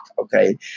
okay